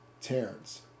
Terrence